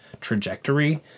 trajectory